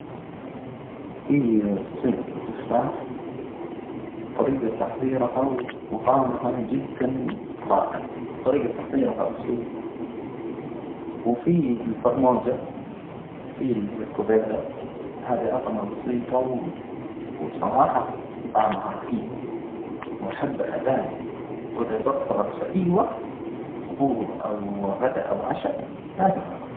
في فطيرة التفاح، طريجة تحضيرها وطعمها جدا رائع، طريجة تحضيرها بسيطة، وفي الفرموزة، وفي الكوبيبة، هذي أطعمة بسيطة و وبصراحة طعمها رهيب وأحبها دائما، وإذا توفرت في أي وجت فطور أو غدا أو عشاء لازم آكلها.